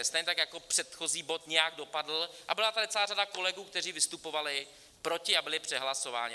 Stejně tak jako předchozí bod nějak dopadl, a byla tady celá řada kolegů, kteří vystupovali proti, a byli přehlasováni.